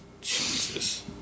Jesus